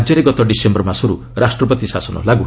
ରାଜ୍ୟରେ ଗତ ଡିସେମ୍ବର ମାସରୁ ରାଷ୍ଟ୍ରପତି ଶାସନ ଲାଗୁ ହୋଇଛି